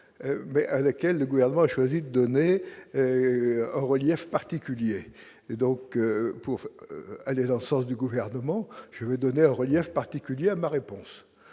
mais à laquelle le gouvernement a choisi de donner un relief particulier et donc pour aller dans le sens du gouvernement, je vais donner un relief particulier à ma réponse